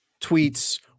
tweets